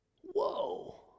Whoa